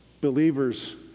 believers